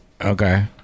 okay